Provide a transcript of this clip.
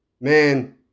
man